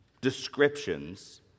descriptions